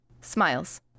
Smiles